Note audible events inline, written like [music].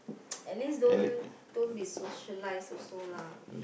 [noise] at least don't don't be socialise also lah